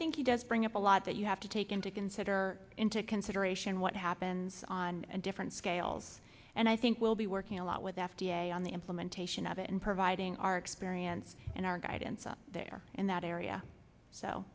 think he does bring up a lot that you have to take him to consider into consideration what happens on a different scale and i think we'll be working a lot with the f d a on the implementation of it and providing our experience and our guidance out there in that area so